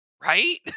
Right